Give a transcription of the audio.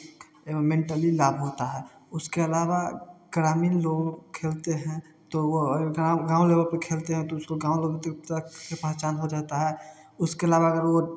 एवं मेंटली लाभ होता है उसके अलावा ग्रामीण लोग खेलते हैं तो वह गाँव गाँव लेबल पर खेलते हैं तो उसको गाँव लेबल तक के पहचान हो जाता है उसके अलावा वह